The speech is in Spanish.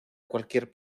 cualquier